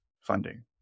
funding